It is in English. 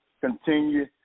continue